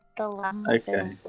Okay